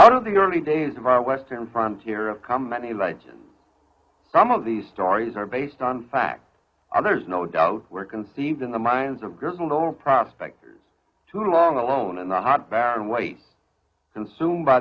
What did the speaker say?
out of the early days of our western frontier a comment like some of these stories are based on fact and there's no doubt were conceived in the minds of prospects too long alone and the hot and white consumed by